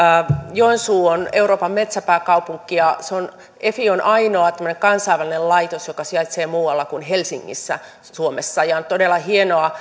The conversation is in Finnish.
joensuu on euroopan metsäpääkaupunki ja efi on ainoa tämmöinen kansainvälinen laitos joka sijaitsee muualla kuin helsingissä suomessa ja on todella hienoa